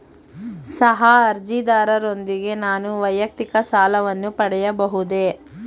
ಸಹ ಅರ್ಜಿದಾರರೊಂದಿಗೆ ನಾನು ವೈಯಕ್ತಿಕ ಸಾಲವನ್ನು ಪಡೆಯಬಹುದೇ?